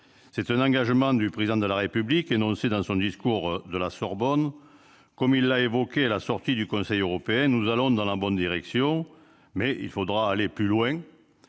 C'est un engagement du Président de la République, énoncé dans son discours de la Sorbonne. Comme il l'a évoqué à la sortie du Conseil européen, nous allons « dans la bonne direction », mais il faudra « aller beaucoup